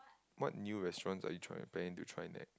what new restaurants are you trying planning to try next